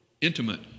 intimate